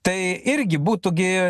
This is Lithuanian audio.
tai irgi būtų gi